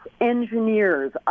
engineers